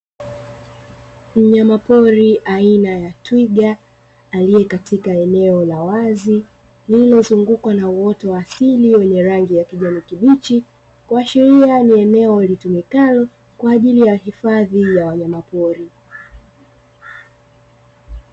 Mnyamapori aina ya twiga aliye katika eneo la wazi, lililozungukwa na uoto wa asili wenye rangi ya kijani kibichi, kuashiria ni eneo litumikalo kwa ajili ya hifadhi ya wanyamapori.